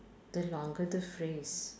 the longer the phrase